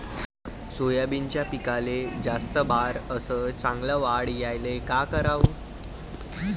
सोयाबीनच्या पिकाले जास्त बार अस चांगल्या वाढ यायले का कराव?